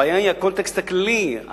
הבעיה היא הקונטקסט הכללי.